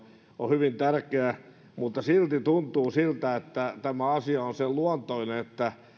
on hyvin tärkeä silti tuntuu siltä että tämä asia on sen luontoinen että